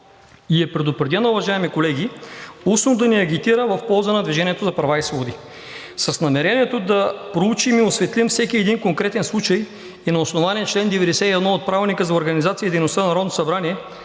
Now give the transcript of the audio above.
И е предупредена, уважаеми колеги, устно да не агитира в полза на „Движение за права и свободи“. С намерението да проучим и осветлим всеки един конкретен случай и на основание чл. 91 от Правилника за организацията и дейността на Народното събрание